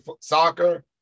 soccer